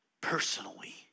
personally